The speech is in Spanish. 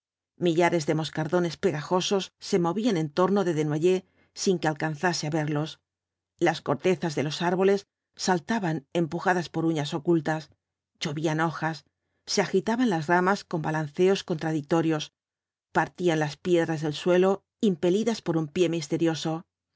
millares de moscardones pegajosos se movían en torno de desnoyers sin que alcanzase á verlos las cortezas de los árboles saltaban empujadas por uñas ocultas llovían hojas se agitaban las ramas con balanceos contradictorios partían las piedras del suelo impelidas por un pie misterioso